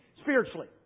Spiritually